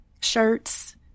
Shirts